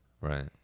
Right